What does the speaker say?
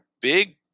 big